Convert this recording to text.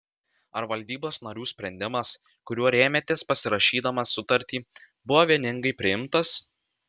ar valdybos narių sprendimas kuriuo rėmėtės pasirašydamas sutartį buvo vieningai priimtas